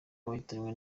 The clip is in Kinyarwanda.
yahitanywe